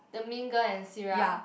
the mean girl and Sierra